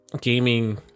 gaming